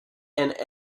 and